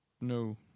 No